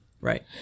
Right